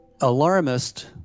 alarmist